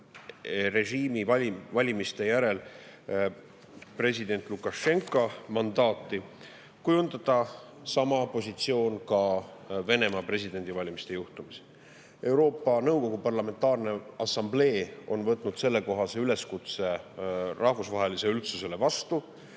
režiimi, valimiste järel president Lukašenka mandaati, kujundada sama positsioon ka Venemaa presidendivalimiste puhul. Euroopa Nõukogu Parlamentaarne Assamblee on võtnud vastu sellekohase üleskutse rahvusvahelisele üldsusele.